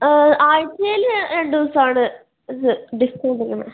ആഴ്ച്ചയിൽ രണ്ട് ദിവസമാണ് ഇത് ഡിസ്ക്കൗണ്ട് ഇങ്ങനെ